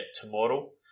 tomorrow